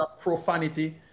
profanity